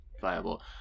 viable